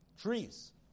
trees